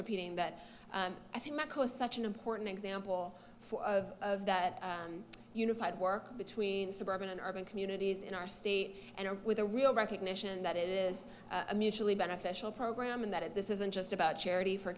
repeating that i think cause such an important example of that unified work between suburban and urban communities in our state and with a real recognition that it is a mutually beneficial program and that it this isn't just about charity for